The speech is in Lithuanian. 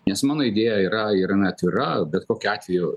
nes mano idėja yra yra atvira bet kokiu atveju